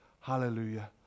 Hallelujah